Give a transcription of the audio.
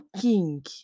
king